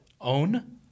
Own